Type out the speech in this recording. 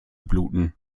bluten